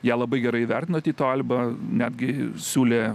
ją labai gerai įvertino tyto alba netgi siūlė